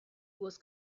was